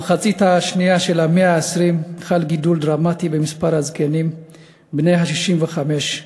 במחצית השנייה של המאה ה-20 חל גידול דרמטי במספר הזקנים בני ה-65,